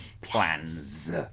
plans